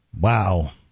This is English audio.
Wow